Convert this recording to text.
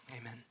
Amen